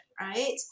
right